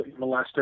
molester